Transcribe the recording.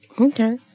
Okay